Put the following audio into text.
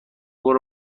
برو